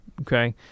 okay